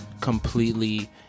Completely